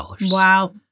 Wow